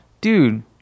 Dude